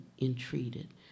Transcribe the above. entreated